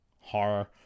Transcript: horror